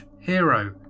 hero